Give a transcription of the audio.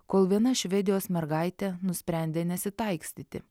kol viena švedijos mergaitė nusprendė nesitaikstyti